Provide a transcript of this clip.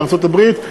בארצות-הברית.